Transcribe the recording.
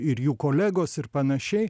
ir jų kolegos ir panašiai